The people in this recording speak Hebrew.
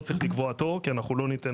לא צריך לקבוע תור כי אנחנו לא ניתן